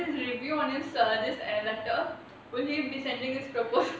so what is his review on this song this எனக்கு:enakku will he be sending this propos~